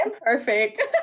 perfect